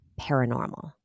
paranormal